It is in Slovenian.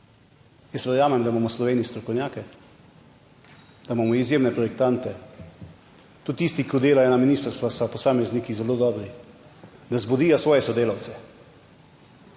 Jaz verjamem, da imamo v Sloveniji strokovnjake, da imamo izjemne projektante, tudi tisti, ki delajo na ministrstvu, so posamezniki zelo dobri, da vzbudijo svoje sodelavce.